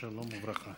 שלום וברכה.